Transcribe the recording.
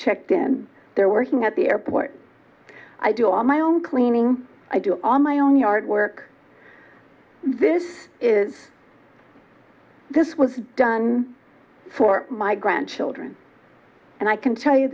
checked in they're working at the airport i do all my own cleaning i do all my own yard work this is this was done for my grandchildren and i can tell you